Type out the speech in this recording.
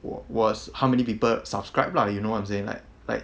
wa~ was how many people subscribe lah you know what I'm saying like like